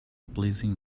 pleasing